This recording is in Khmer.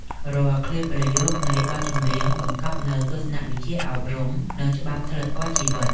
រាល់ឃ្លាប្រយោគនៃបទចម្រៀង បង្កប់នូវទស្សនវិជ្ជាអប់រំ និងច្បាប់សីលធម៌ជីវិត។